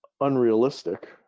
unrealistic